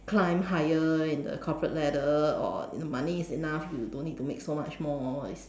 climb higher in the corporate ladder or money is enough you don't need to make so much more is